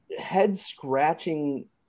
head-scratching